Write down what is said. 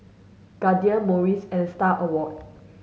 Guardian Morries and Star Awards